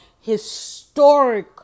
historic